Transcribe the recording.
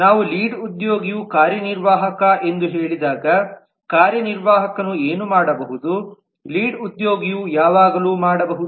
ನಾವು ಲೀಡ್ ಉದ್ಯೋಗಿಯು ಕಾರ್ಯನಿರ್ವಾಹಕ ಎಂದು ಹೇಳಿದಾಗ ಕಾರ್ಯನಿರ್ವಾಹಕನು ಏನು ಮಾಡಬಹುದು ಲೀಡ್ ಉದ್ಯೋಗಿಯು ಯಾವಾಗಲೂ ಮಾಡಬಹುದು